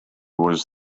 was